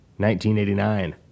1989